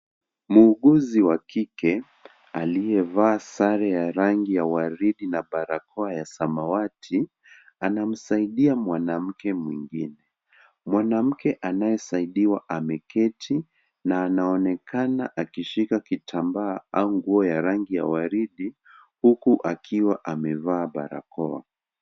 Muuguzi wa kike aliyevaa sare ya rangi ya waridi na barakoa ya samawati, anamsaidia mwanamke mwingine . Mwanamke anayesaidiwa ameketi na anaonekana akishika kitambaa au nguo ya rangi ya waridi, huku akiwa amevaa barakoa.